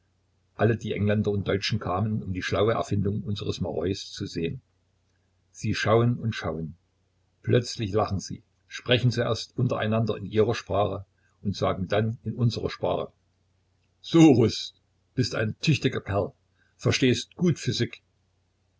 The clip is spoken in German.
alle die engländer und deutschen kamen um die schlaue erfindung unseres marois zu sehen sie schauen und schauen plötzlich lachen sie sprechen zuerst untereinander in ihrer sprache und sagen dann in unserer sprache so ruß bist ein tüchtiger kerl verstehst gut physik